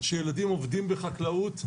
שילדים עובדים בחקלאות,